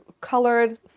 colored